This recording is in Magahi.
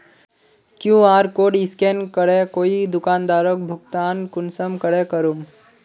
कियु.आर कोड स्कैन करे कोई दुकानदारोक भुगतान कुंसम करे करूम?